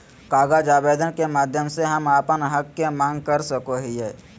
कागज आवेदन के माध्यम से हम अपन हक के मांग कर सकय हियय